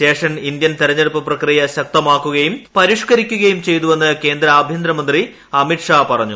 Seshan Indian തിരഞ്ഞെടുപ്പ് പ്രക്രിയ ശക്തമാക്കുകയും പരിഷ്കരിക്കുകയും ചെയ്തുവെന്ന് കേന്ദ്ര ആഭ്യന്തരമന്ത്രി അമിത്ഷാ പറഞ്ഞു